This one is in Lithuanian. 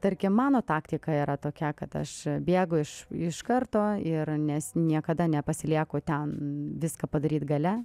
tarkim mano taktika yra tokia kad aš bėgu iš iš karto ir nes niekada nepasilieku ten viską padaryt gale